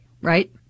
right